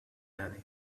daddy